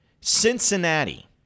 Cincinnati